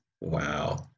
Wow